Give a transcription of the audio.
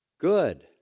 Good